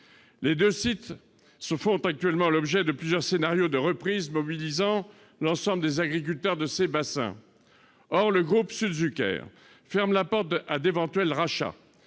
que j'ai évoqués font actuellement l'objet de plusieurs scénarios de reprise mobilisant l'ensemble des agriculteurs de ces bassins. Or le groupe Südzucker ferme la porte à d'éventuels rachats.